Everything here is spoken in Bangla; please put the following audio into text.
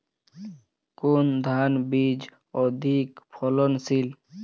কোন ধান বীজ অধিক ফলনশীল?